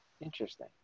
Interesting